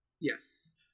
yes